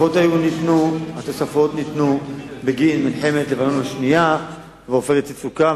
התוספות ניתנו בגין מלחמת לבנון השנייה ו"עופרת יצוקה",